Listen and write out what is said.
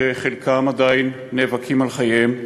שחלקם עדיין נאבקים על חייהם.